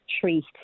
treat